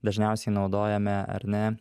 dažniausiai naudojame ar ne